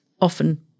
often